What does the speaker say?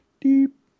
deep